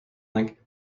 like